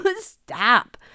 stop